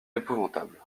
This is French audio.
épouvantable